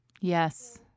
Yes